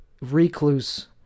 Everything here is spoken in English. recluse